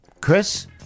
Chris